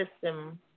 system